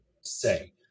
say